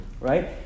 right